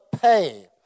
pay